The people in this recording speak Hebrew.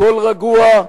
הכול רגוע,